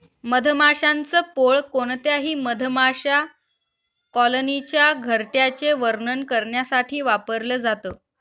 मधमाशांच पोळ कोणत्याही मधमाशा कॉलनीच्या घरट्याचे वर्णन करण्यासाठी वापरल जात